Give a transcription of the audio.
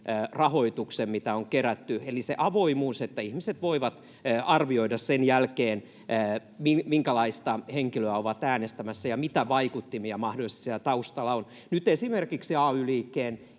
rahoituksen, mitä on kerätty, eli se avoimuus, niin että ihmiset voivat arvioida sen jälkeen, minkälaista henkilöä ovat äänestämässä ja mitä vaikuttimia mahdollisesti siellä taustalla on. Nyt esimerkiksi ay-liikkeen